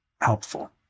helpful